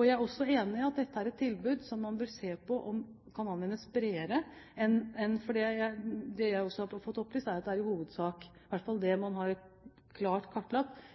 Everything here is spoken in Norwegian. Jeg er også enig i at man bør se på om dette tilbudet kan anvendes bredere. For jeg har fått opplyst at det i hovedsak, i hvert fall det man har kartlagt,